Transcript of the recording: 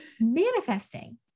Manifesting